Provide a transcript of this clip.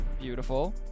Beautiful